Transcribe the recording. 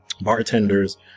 bartenders